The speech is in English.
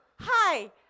Hi